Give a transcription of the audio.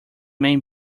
main